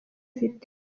ifite